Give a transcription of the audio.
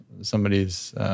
somebody's